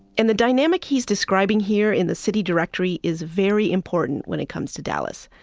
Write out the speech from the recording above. and the dynamic he's describing here in the city directory is very important when it comes to dallas.